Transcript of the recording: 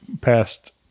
past